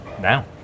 now